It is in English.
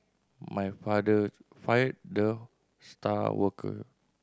my father fired the star worker